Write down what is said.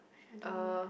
I don't know